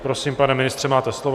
Prosím, pane ministře, máte slovo.